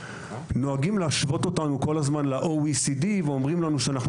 נוהגים להשוות אותנו כל הזמן ל-OECD ואומרים לנו שאנחנו